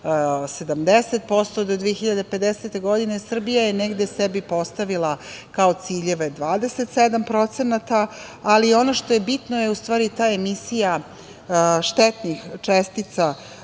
70% do 2050. godine. Srbija je negde sebi postavila kao ciljeve 27%, ali ono što je bitno je u stvari ta emisija štetnih čestica